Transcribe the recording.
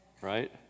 Right